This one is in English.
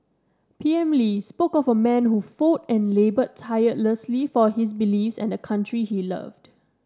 PM Lee spoke of a man who fought and laboured tirelessly for his beliefs and the country he loved